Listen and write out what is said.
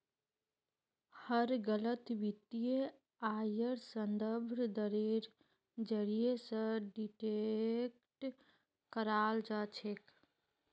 हर गलत वित्तीय आइर संदर्भ दरेर जरीये स डिटेक्ट कराल जा छेक